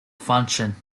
function